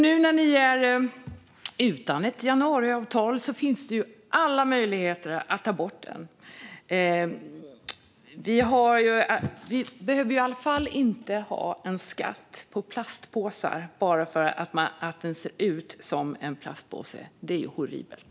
Nu när ni är utan ett januariavtal finns det ju alla möjligheter att ta bort denna skatt. Vi behöver i alla fall inte ha en skatt på påsar bara för att de ser ut som plastpåsar. Det är horribelt.